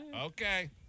Okay